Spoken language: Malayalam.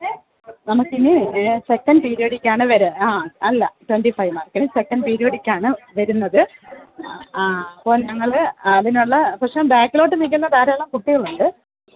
നമുക്കിനി സെകൻഡ് പീര്യോഡിക്കാണ് വരുക ആ അല്ല ട്വൊൻറ്റി ഫൈവ് മാർക്കിന് സെകൻഡ് പീര്യോടിക്കാണ് വരുന്നത് ആ അപ്പോൾ ഞങ്ങൾ അതിനുള്ള പക്ഷേ ബാക്കിലോട്ട് നിൽക്കുന്ന ധാരാളം കുട്ടികളുണ്ട്